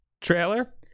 trailer